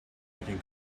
making